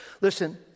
Listen